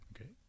Okay